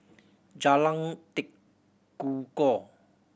Jalan Tekukor